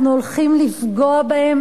אנחנו הולכים לפגוע בהן,